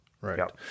right